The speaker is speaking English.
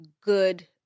good